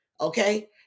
Okay